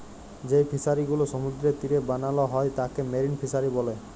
যেই ফিশারি গুলো সমুদ্রের তীরে বানাল হ্যয় তাকে মেরিন ফিসারী ব্যলে